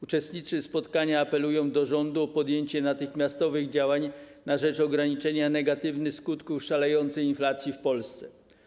Uczestnicy spotkania apelują do rządu o podjęcie natychmiastowych działań na rzecz ograniczenia negatywnych skutków szalejącej inflacji w Polsce.